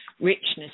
richness